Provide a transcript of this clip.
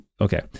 Okay